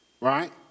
right